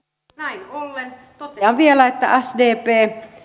näin ollen totean vielä että sdp